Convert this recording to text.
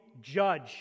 judge